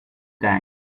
tank